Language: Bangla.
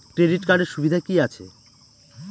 ক্রেডিট কার্ডের সুবিধা কি আছে?